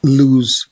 lose